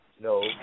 No